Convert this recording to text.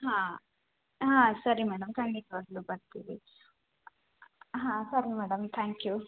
ಹಾಂ ಹಾಂ ಸರಿ ಮೇಡಮ್ ಖಂಡಿತವಾಗ್ಲೂ ಬರ್ತೀವಿ ಹಾಂ ಸರಿ ಮೇಡಮ್ ಥ್ಯಾಂಕ್ ಯು